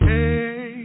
Hey